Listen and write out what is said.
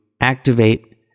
activate